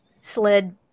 sled